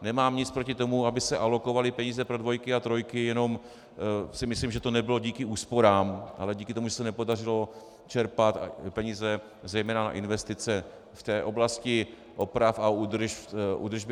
Nemám nic proti tomu, aby se alokovaly peníze pro dvojky a trojky, jenom si myslím, že to nebylo díky úsporám, ale díky tomu, že se nepodařilo čerpat peníze zejména na investice v oblasti oprav a údržby.